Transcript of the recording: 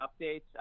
updates